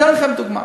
אתן לכם דוגמה: